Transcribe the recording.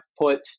put